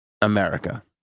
america